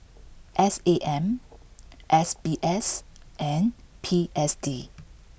S A M S B S and P S D